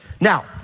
Now